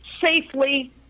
safely